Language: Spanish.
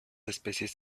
especies